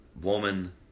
woman